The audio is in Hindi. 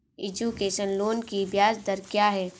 एजुकेशन लोन की ब्याज दर क्या है?